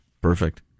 Perfect